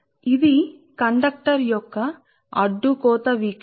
కాబట్టి ఇది కండక్టర్ యొక్క క్రాస్ సెక్షనల్ వీక్షణ